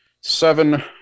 Seven